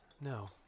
No